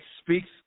speaks